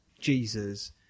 jesus